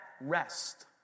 rest